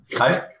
Okay